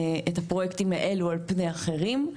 את הפרויקטים האלו על פני אחרים.